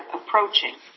approaching